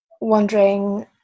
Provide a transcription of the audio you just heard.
wondering